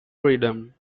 freedom